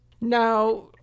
Now